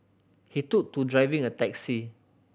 he took to driving a taxi